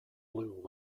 flew